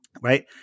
Right